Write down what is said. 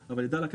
אני לא יודע,